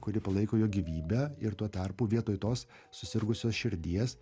kuri palaiko jo gyvybę ir tuo tarpu vietoj tos susirgusios širdies